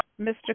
Mr